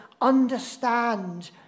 understand